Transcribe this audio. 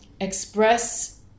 express